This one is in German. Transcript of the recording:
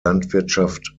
landwirtschaft